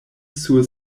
sur